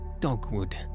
dogwood